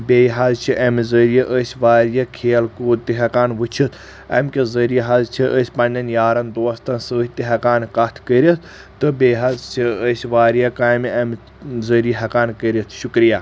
بیٚیہِ حظ چھِ امہِ ذٔریعہٕ أسۍ واریاہ کھیل کوٗد تہِ ہٮ۪کان وٕچھِتھ امہِ کہِ ذٔریعہٕ حظ چھِ أسۍ پنٕنٮ۪ن یارن دوستس سۭتۍ تہِ ہٮ۪کان کتھ کٔرِتھ تہٕ بیٚیہِ حظ چھِ أسۍ واریاہ کامہِ امہِ ذٔریعہٕ ہٮ۪کان کٔرتھ شُکریہ